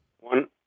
one